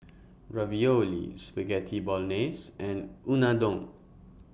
Ravioli Spaghetti Bolognese and Unadon